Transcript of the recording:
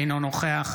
אינו נוכח